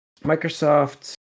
Microsoft